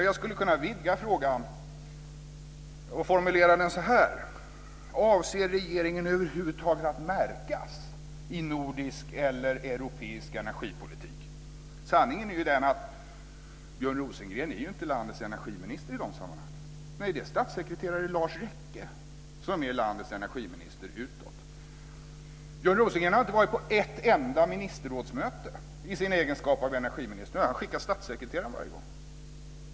Jag skulle kunna vidga frågan och formulera den så här: Avser regeringen över huvud taget att märkas i nordisk eller europeisk energipolitik? Sanningen är den att Björn Rosengren inte är landets energiminister i de sammanhangen. Nej, det är statssekreterare Lars Rekke som är Sveriges energiminister utåt. Björn Rosengren har inte varit på ett enda ministerrådsmöte i sin egenskap av energiminister, utan han har skickat statssekreteraren varje gång.